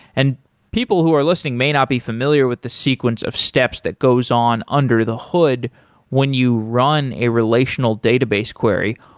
and people who are listening may not be familiar with the sequence of steps that goes on under the hood when you run a relational database query.